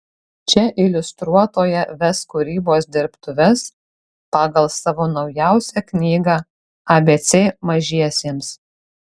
čia iliustruotoja ves kūrybos dirbtuves pagal savo naujausią knygą abc mažiesiems